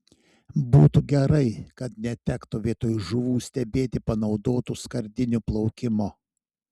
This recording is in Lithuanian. būtų gerai kad netektų vietoj žuvų stebėti panaudotų skardinių plaukimo